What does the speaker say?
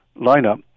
lineup